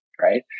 right